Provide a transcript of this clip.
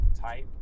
type